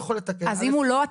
אז אם הוא לא,